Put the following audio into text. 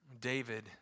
David